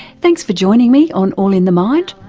thanks for joining me on all in the mind,